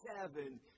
seven